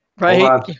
Right